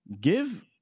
give